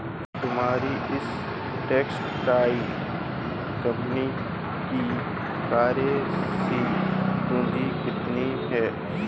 तुम्हारी इस textile company की कार्यशील पूंजी कितनी है?